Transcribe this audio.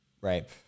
right